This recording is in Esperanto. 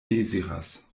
deziras